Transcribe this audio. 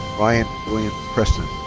ryan william preston.